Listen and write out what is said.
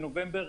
ונובמבר,